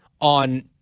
on –